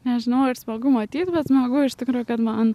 nežinau ir smagu matyt bet smagu iš tikro kad man